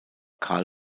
karl